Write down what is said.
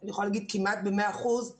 אני יכולה לומר כמעט ב-100 אחוזים